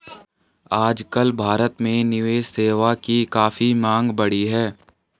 आजकल भारत में निवेश सेवा की काफी मांग बढ़ी है